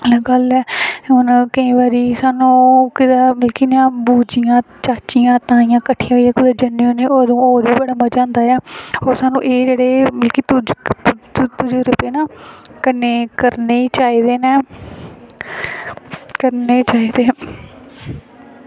अलग गल्ल ऐ हून केईं बारी सानूं मतलब कि इ'यां बूजियां चाचियां ताइयां कट्ठियां होइयै कुतै जन्ने होन्नें होर बी बड़ा मज़ा आंदा ऐ होर सानूं एह् जेह्ड़े मतलब कि बजुर्ग न कन्नै करने बी चाहिदे न करने चाहिदे